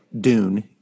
Dune